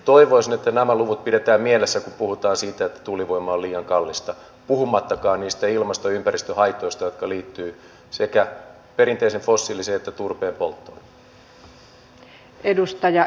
toivoisin että nämä luvut pidetään mielessä kun puhutaan siitä että tuulivoima on liian kallista puhumattakaan niistä ilmasto ja ympäristöhaitoista jotka liittyvät sekä perinteisen fossiilisen että turpeen polttoon